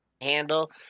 handle